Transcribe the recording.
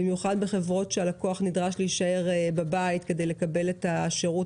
במיוחד בחברות שהלקוח נדרש להישאר בבית כדי לקבל את השירות,